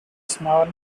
small